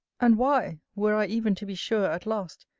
and why, were i even to be sure, at last,